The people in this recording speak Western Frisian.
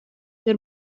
der